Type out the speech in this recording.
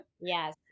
Yes